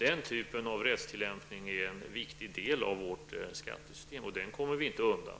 Den typen av rättstillämpning är en viktig del av vårt skattesystem, och den kommer vi inte undan.